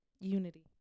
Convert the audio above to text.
Unity